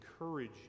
encourage